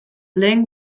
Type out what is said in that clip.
lehen